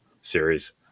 series